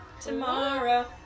Tomorrow